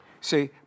See